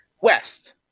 west